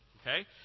Okay